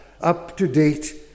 up-to-date